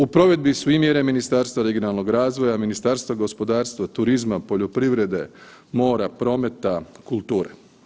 U provedbi su i mjere Ministarstva regionalnog razvoja, Ministarstva gospodarstva, turizma, poljoprivrede, mora, prometa, kulture.